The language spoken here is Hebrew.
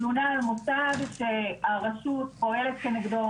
תלונה על מוסד שהרשות פועלת כנגדו,